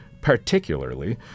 particularly